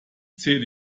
zähle